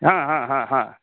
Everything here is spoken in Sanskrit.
हा हा हा